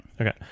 Okay